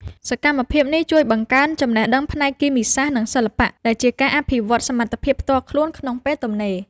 សកម្មភាពនេះជួយបង្កើនចំណេះដឹងផ្នែកគីមីសាស្ត្រ និងសិល្បៈ ដែលជាការអភិវឌ្ឍសមត្ថភាពផ្ទាល់ខ្លួនក្នុងពេលទំនេរ។